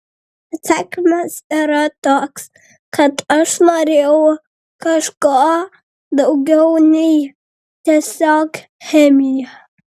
atsakymas yra toks kad aš norėjau kažko daugiau nei tiesiog chemija